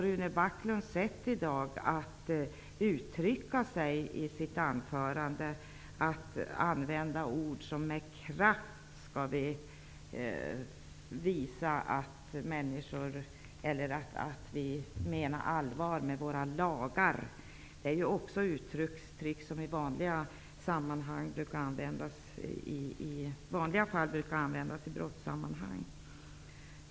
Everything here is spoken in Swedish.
Rune Backlunds sätt att uttrycka sig i sitt anförande -- där han bl.a. säger att ''med kraft skall vi visa att vi menar allvar med våra lagar'' -- liknar det uttryckssätt som i vanliga fall används i brottssammanhang.